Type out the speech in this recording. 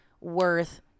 worth